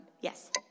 Yes